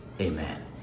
Amen